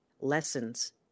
lessons